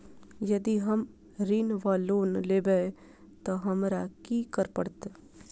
यदि हम ऋण वा लोन लेबै तऽ हमरा की करऽ पड़त?